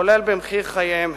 כולל במחיר חייהם-הם.